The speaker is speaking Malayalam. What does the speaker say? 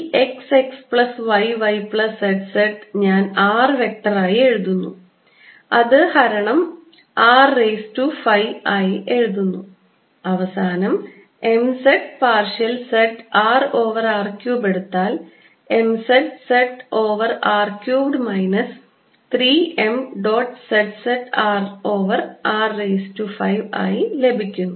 ഈ x x plus y y plus z z ഞാൻ r വെക്റ്ററായി എഴുതുന്നു അത് ഹരണം r റേയ്സ് ടു 5 ആയി എഴുതുന്നു അവസാനം m z partial z r over r cube എടുത്താൽ m z z over r cubed minus 3 m dot z z r over r raise to 5 ആയി ലഭിക്കുന്നു